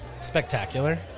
spectacular